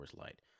Light